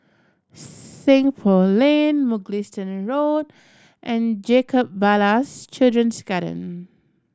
Seng Poh Lane Mugliston Road and Jacob Ballas Children's Garden